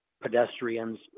pedestrians